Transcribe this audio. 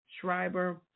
Schreiber